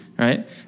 Right